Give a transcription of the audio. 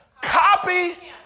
copy